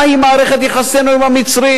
מה עם מערכת יחסינו עם המצרים?